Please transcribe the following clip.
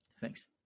Thanks